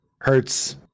hurts